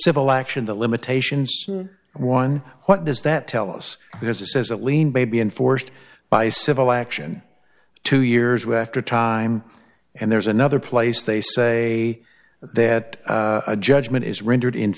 civil action the limitations one what does that tell us because it says a lean baby enforced by civil action two years were after a time and there's another place they say that a judgment is rendered in